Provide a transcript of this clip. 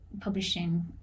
publishing